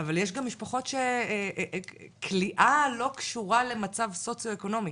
אבל יש גם משפחות שכליאה לא קשורה למצב סוציואקונומי.